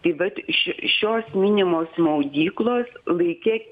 tai vat šio šios minimos maudyklos laike